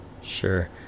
Sure